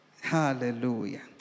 Hallelujah